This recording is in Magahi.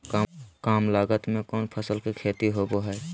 काम लागत में कौन फसल के खेती होबो हाय?